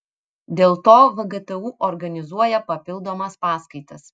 dėl to vgtu organizuoja papildomas paskaitas